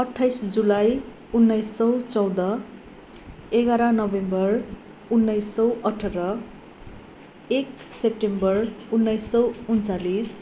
अठाइस जुलाई उन्नाइस सय चौध एघार नोभेम्बर उन्नाइस सय अठार एक सेप्टेम्बर उन्नाइस सय उनन्चालिस